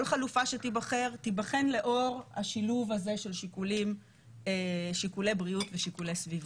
כל חלופה שתיבחר תיבחן לאור השילוב הזה של שיקולי בריאות ושיקולי סביבה.